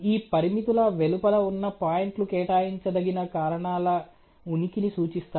ఈ పరిమితుల వెలుపల ఉన్న పాయింట్లు కేటాయించదగిన కారణాల ఉనికిని సూచిస్తాయి